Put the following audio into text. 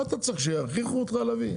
מה, אתה צריך שיכריחו אותך להביא?